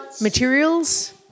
materials